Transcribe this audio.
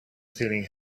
feeling